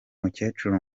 mukecuru